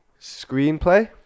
screenplay